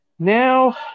Now